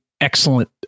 excellent